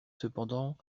cependant